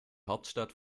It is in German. hauptstadt